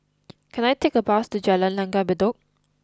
can I take a bus to Jalan Langgar Bedok